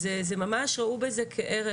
אז זה ממש, ראו בזה כערך.